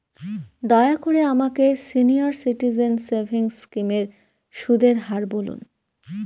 দয়া করে আমাকে সিনিয়র সিটিজেন সেভিংস স্কিমের সুদের হার বলুন